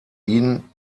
ihn